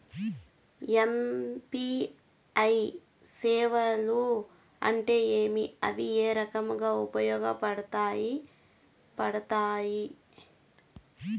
UPI సేవలు అంటే ఏమి, అవి ఏ రకంగా ఉపయోగపడతాయి పడతాయి?